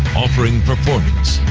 offering performance,